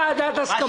לא ועדת הסכמות.